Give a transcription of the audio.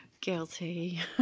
Guilty